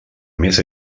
més